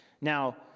Now